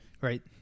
right